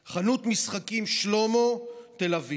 אימצנו גישה כלל-ארצית: דין רמת הגולן ודין תל אביב